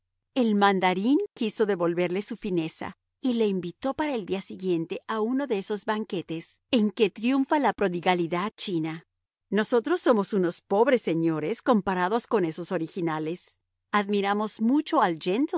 el mandarín quiso devolverle su fineza y le invitó para el día siguiente a uno de esos banquetes en que triunfa la prodigalidad china nosotros somos unos pobres señores comparados con esos originales admiramos mucho al